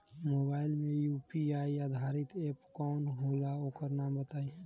Mobile म UPI आधारित app कौन होला ओकर नाम बताईं?